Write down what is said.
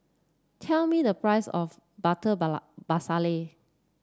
tell me the price of Butter Masala